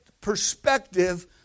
perspective